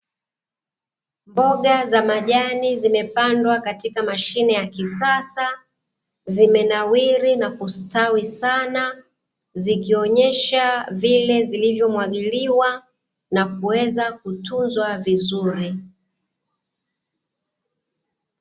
Mboga za majani zimepandwa katika mashine ya kisasa, zimenawiri na kustawi sana, zikionyesha vile zilivyomwagiliwa na kuweza kutunzwa vizuri.